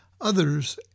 others